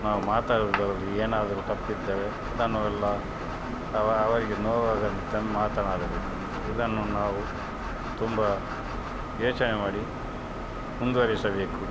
ನಾವು ಮಾತಾಡುವುದರಲ್ಲಿ ಏನಾದರೂ ತಪ್ಪಿದ್ದರೆ ಅದನ್ನು ಎಲ್ಲ ಅವ ಅವರಿಗೆ ನೋವಾಗದಂತೆ ಮಾತನಾಡಬೇಕು ಇದನ್ನು ನಾವು ತುಂಬ ಯೋಚನೆ ಮಾಡಿ ಮುಂದುವರಿಸಬೇಕು